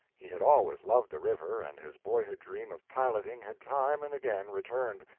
he had always loved the river, and his boyhood dream of piloting had time and again returned,